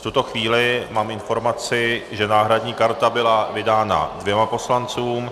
V tuto chvíli mám informaci, že náhradní karta byla vydána dvěma poslancům.